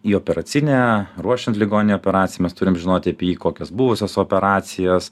į operacinę ruošiant ligonį operacijai mes turim žinoti apie jį kokios buvusios operacijos